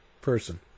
person